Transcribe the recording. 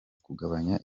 kugabanya